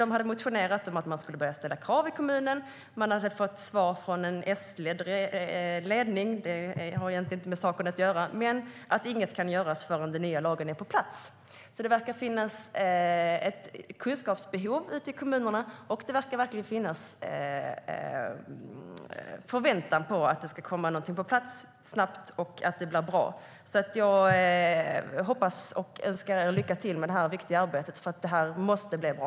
Man hade motionerat om att det skulle börja ställas krav i kommunen, och man hade fått svar från en S-ledd ledning - det har egentligen inte med saken att göra - att inget kan göras förrän den nya lagen är på plats. Det verkar finnas ett kunskapsbehov ute i kommunerna, och det verkar verkligen finnas en förväntan på att det ska komma någonting på plats snabbt och att det blir bra. Jag hoppas på detta, och önskar lycka till med detta viktiga arbete, för det här måste bli bra.